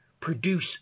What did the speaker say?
produce